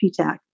PTAC